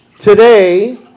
Today